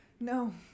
No